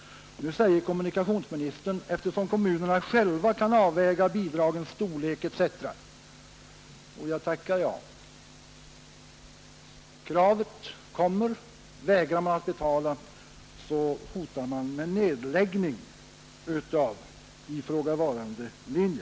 Nu säger kommunikationsministern: ”Eftersom kommunerna själva kan avväga bidragens storlek”, etc. Jo, jag tackar jag. Det kommer ändå ett krav, och vägrar man att betala hotas man med nedläggning av ifrågavarande trafiklinje.